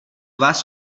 vás